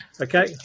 Okay